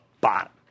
bottom